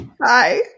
Bye